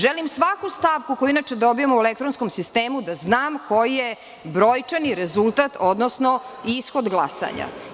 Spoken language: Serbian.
Želim svaku stavku, koju inače dobijamo u elektronskom sistemu, da znam, koji je brojčani rezultat, odnosno ishod glasanja.